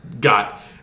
got